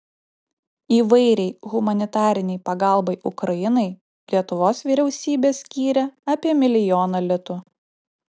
įvairiai humanitarinei pagalbai ukrainai lietuvos vyriausybė skyrė apie milijoną litų